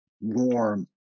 warm